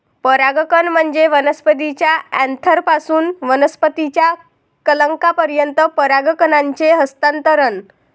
परागकण म्हणजे वनस्पतीच्या अँथरपासून वनस्पतीच्या कलंकापर्यंत परागकणांचे हस्तांतरण